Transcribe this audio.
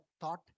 thought